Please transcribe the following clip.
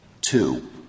two